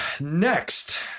next